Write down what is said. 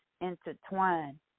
intertwine